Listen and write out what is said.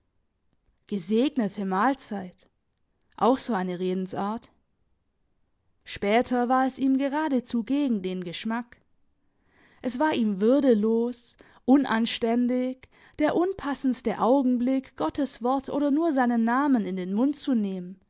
gesegnete mahlzeit auch so eine redensart später war es ihm geradezu gegen den geschmack es war ihm würdelos unanständig der unpassendste augenblick gottes wort oder nur seinen namen in den mund zu nehmen